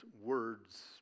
words